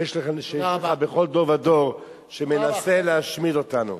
שיש לך בכל דור ודור, שמנסה להשמיד אותנו.